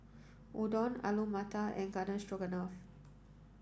Udon Alu Matar and Garden Stroganoff